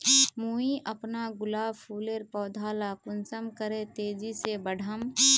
मुई अपना गुलाब फूलेर पौधा ला कुंसम करे तेजी से बढ़ाम?